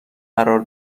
قرار